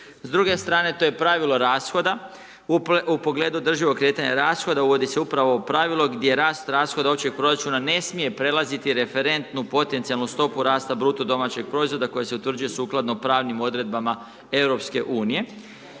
S druge strane to je pravilo rashoda u pogledu održivog kretanja rashoda, uvodi se upravo ovo pravilo, gdje rast rashoda općeg proračuna ne smije prelaziti referentnu protunacionalnu stopu rasta BDP-a koji se utvrđuje sukladno pravnim odredbama EU.